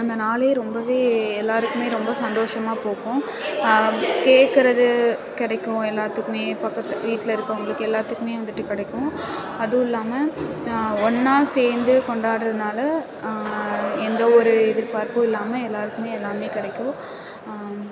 அந்த நாளே ரொம்ப எல்லோருக்குமே ரொம்ப சந்தோஷமாக போகும் கேக்கிறது கிடைக்கும் எல்லாத்துக்கும் பக்கத்து வீட்டில் இருக்கவங்களுக்கு எல்லாத்துக்கும் வந்துட்டு கிடைக்கும் அதுவும் இல்லாமல் ஒன்னாக சேர்ந்து கொண்டாடுறதுனால எந்த ஒரு எதிர்பார்ப்பும் இல்லாமல் எல்லோருக்குமே எல்லாம் கிடைக்கும்